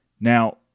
Now